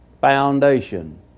foundation